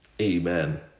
Amen